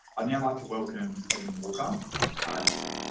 i now want to welcome evan walker ah